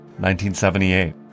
1978